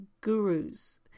gurus